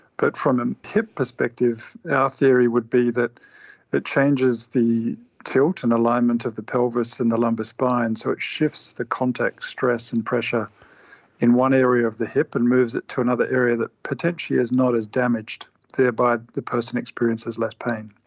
but from a hip perspective, our theory would be that it changes the tilt and alignment of the pelvis in the lumbar spine, so it shifts the contact stress and pressure in one area of the hip and moves it to another area that potentially is not as damaged, thereby but the person experiences less pain.